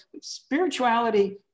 spirituality